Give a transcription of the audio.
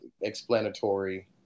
explanatory